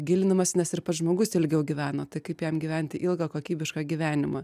gilinamasi nes ir pats žmogus ilgiau gyveno tai kaip jam gyventi ilgą kokybišką gyvenimą